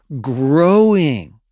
growing